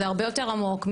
זה הרבה יותר עמוק.